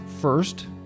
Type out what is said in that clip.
First